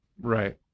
Right